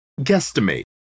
guesstimate